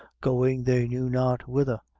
going they knew not whither,